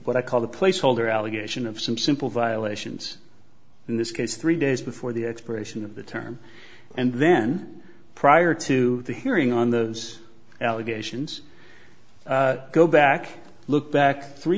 what i call the placeholder allegation of some simple violations in this case three days before the expiration of the term and then prior to the hearing on those allegations go back look back three